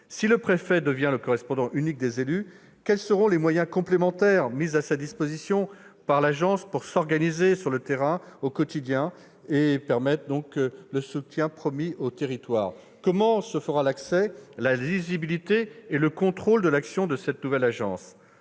Si le préfet devient le correspondant unique des élus, quels seront les moyens complémentaires mis à sa disposition par l'agence pour organiser, sur le terrain, au quotidien, le soutien promis aux territoires ? Comment assurer l'accès à l'agence, la lisibilité et le contrôle de son action ? Enfin, cela